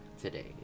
today